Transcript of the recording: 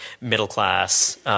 middle-class